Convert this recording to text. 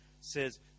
says